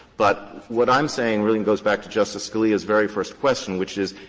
but what i'm saying really goes back to justice scalia's very first question, which is,